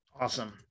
awesome